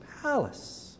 palace